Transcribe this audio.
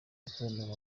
bisobanuro